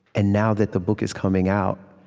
and now that the book is coming out,